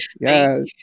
yes